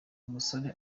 umusore